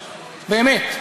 באמת,